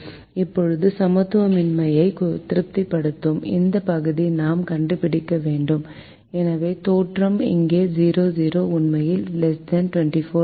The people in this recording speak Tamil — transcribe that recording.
இப்போது சமத்துவமின்மையை திருப்திப்படுத்தும் அந்த பகுதியை நாம் கண்டுபிடிக்க வேண்டும் எனவே தோற்றம் இங்கே 0 0 உண்மையில் 24 ஆகும்